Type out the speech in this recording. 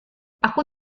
aku